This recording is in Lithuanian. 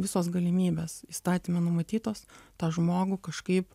visos galimybės įstatyme numatytos tą žmogų kažkaip